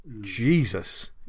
Jesus